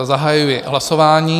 Zahajuji hlasování.